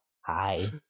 hi